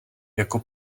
jako